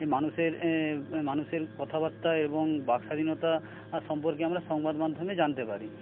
মানুষের মানুষের কথাবার্তা এবং বাকস্বাধীনতা সম্পর্কে আমরা সংবাদ মাধ্যমে জানতে পারি